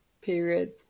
period